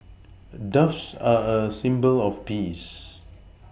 doves are a symbol of peace